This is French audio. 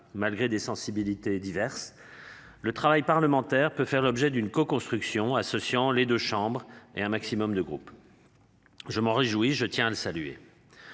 Malgré des sensibilités diverses. Le travail parlementaire peut faire l'objet d'une coconstruction associant les deux chambres et un maximum de groupes. Je m'en réjouis, je tiens à saluer.